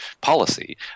policy